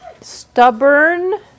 stubborn